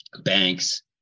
banks